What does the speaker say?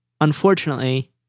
unfortunately